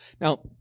Now